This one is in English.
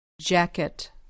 Jacket